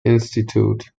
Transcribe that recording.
institute